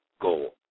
goal